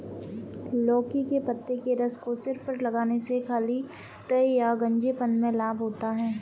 लौकी के पत्ते के रस को सिर पर लगाने से खालित्य या गंजेपन में लाभ होता है